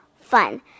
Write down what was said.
fun